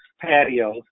patios